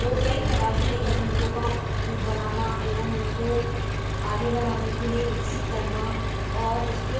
वो कई प्रकार कि नई तकनीकों का वो बनाना एवं उनको आगे बढ़ाने के लिए विकसित करना औ उसको